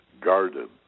garden